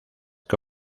que